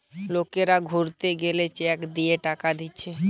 লোকরা ঘুরতে গেলে চেক দিয়ে টাকা দিচ্ছে